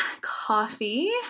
coffee